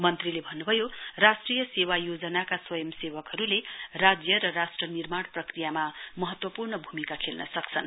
मन्त्रीले भन्न्भयो राष्ट्रियट सेवा योजनाका स्वांयसेवकहरुले राज्य र निर्माण प्रक्रियामा महत्वपूर्ण भूमिका खेल्न सक्छन्